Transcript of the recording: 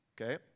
Okay